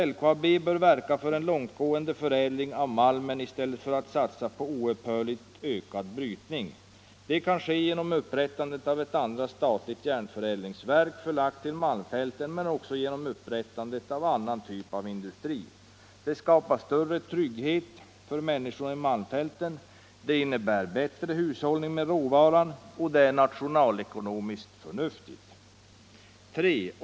LKAB bör verka för långtgående förädling av malmen i stället för att satsa på oupphörligt ökad brytning. Det kan ske genom upprättandet av ett andra statligt järnförädlingsverk förlagt till malmfälten, men också genom upprättandet av annan typ av industri. Det skapar större trygghet för människorna i malmfälten, det innebär bättre hushållning med råvaran och det är nationalekonomiskt förnuftigt. 3.